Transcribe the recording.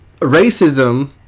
racism